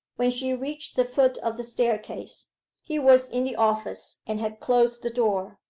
when she reached the foot of the staircase he was in the office and had closed the door,